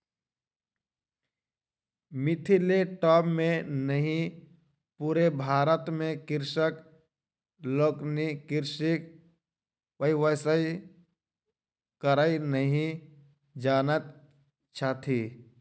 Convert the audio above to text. मिथिले टा मे नहि पूरे भारत मे कृषक लोकनि कृषिक व्यवसाय करय नहि जानैत छथि